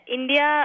India